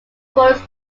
borders